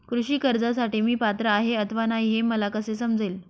कृषी कर्जासाठी मी पात्र आहे अथवा नाही, हे मला कसे समजेल?